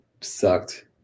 sucked